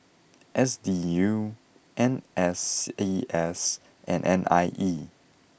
S D U N S C S and N I E